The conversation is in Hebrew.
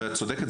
ואת צודקת.